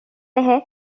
তেওঁৰ